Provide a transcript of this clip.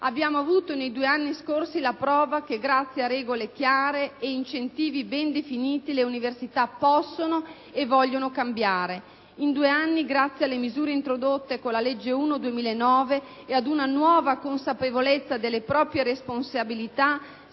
Abbiamo avuto nei due anni scorsi la prova che, grazie a regole chiare e ad incentivi ben definiti, le università possono e vogliono cambiare. In due anni, grazie alle misure introdotte con la legge n. 1 del 2009 e ad una nuova consapevolezza delle proprie responsabilità,